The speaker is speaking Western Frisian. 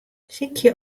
sykje